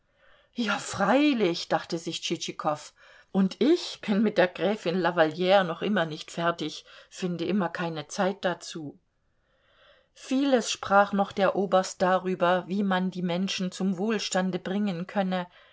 ja freilich dachte sich tschitschikow und ich bin mit der gräfin lavallire noch immer nicht fertig finde immer keine zeit dazu vieles sprach noch der oberst darüber wie man die menschen zum wohlstande bringen könne